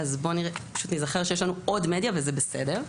בואו פשוט נזכר שיש לנו עוד מדיה וזה בסדר.